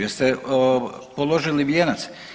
Jeste položili vijenac?